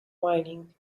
whinnying